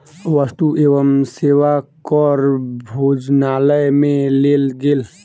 वस्तु एवं सेवा कर भोजनालय में लेल गेल